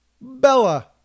Bella